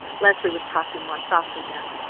leslie was talking more softly now,